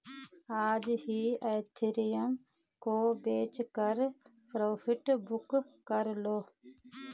आज ही इथिरियम को बेचकर प्रॉफिट बुक कर लो